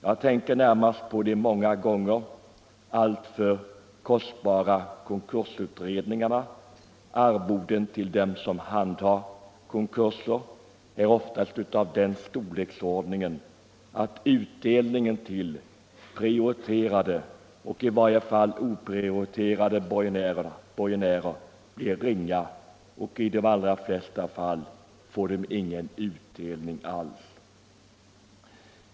Jag tänker närmast på de alltför kostsamma konkursutredningarna. Arvoden till dem som handhar konkurser är oftast av den storleksordningen att utdelningen till prioriterade och i varje fall oprioriterade borgenärer blir ringa. I de allra flesta fall får de ingen utdelning alls.